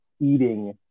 eating